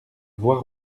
voie